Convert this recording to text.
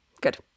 Good